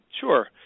sure